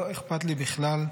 לא אכפת לי בכלל.